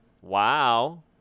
Wow